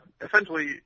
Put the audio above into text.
essentially